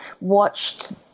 watched